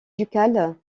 ducal